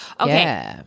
Okay